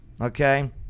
okay